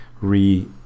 re